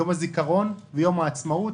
יום הזיכרון ויום העצמאות.